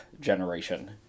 generation